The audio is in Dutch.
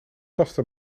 pasta